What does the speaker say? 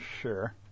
sure